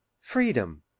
freedom